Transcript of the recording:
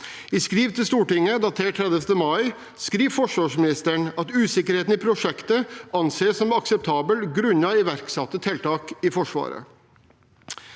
I skriv til Stortinget datert 30. mai skriver forsvarsministeren at usikkerheten i prosjektet anses som akseptabel grunnet iverksatte tiltak i Forsvaret.